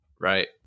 right